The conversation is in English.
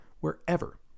wherever